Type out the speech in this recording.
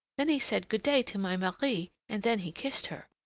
then he said good-day to my marie and then he kissed her.